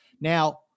Now